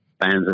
fans